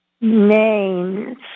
Names